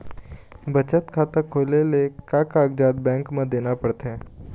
बचत खाता खोले ले का कागजात बैंक म देना पड़थे?